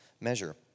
measure